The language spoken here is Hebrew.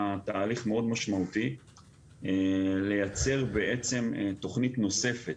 תהליך מאוד משמעותי לייצר בעצם תכנית נוספת